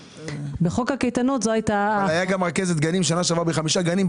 בחוק הקייטנות זאת הייתה --- הייתה רכזת גנים בשנה שעברה בחמישה גנים.